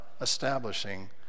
establishing